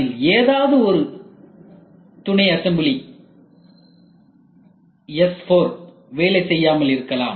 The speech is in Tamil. அதில் ஏதாவது ஒரு துணைஅசம்பிளி வேலை செய்யாமல் இருக்கலாம்